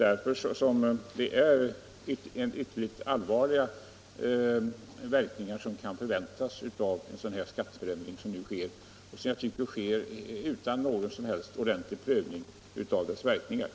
Därför kan man förvänta ytterligt allvarliga verkningar av den skatteförändring som nu föreslås utan att förslaget föregåtts av någon ordentlig prövning av verkningarna.